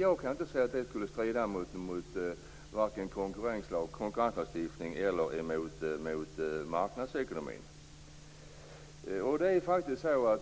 Jag kan inte se att detta agerande strider vare sig mot konkurrenslagstiftningen eller mot marknadsekonomins principer.